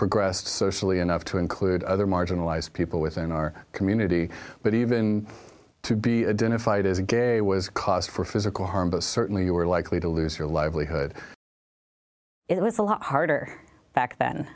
progressed socially enough to include other marginalized people within our community but even to be a dinner fight is gay was cause for physical harm but certainly you were likely to lose your livelihood it was a lot harder back then